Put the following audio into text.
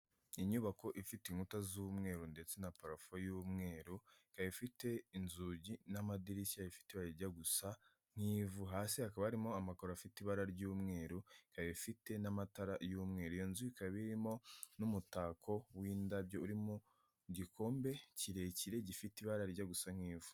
Inyubako ifite inkuta z'umweru ndetse na parafo y'umweru, ikaba ifite inzugi n'amadirishya bifite ibara rijya gusa nk'ivu, hasi hakaba arimo amakaro afite ibara ry'umweru, ikaba ifite n'amatara y'umweru, iyo nzi ikaba irimo n'umutako w'indabyo uri mu gikombe kirekire gifite ibarajya gusa nk'ivu.